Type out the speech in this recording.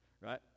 right